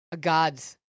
God's